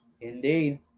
Indeed